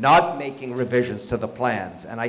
not making revisions to the plans and i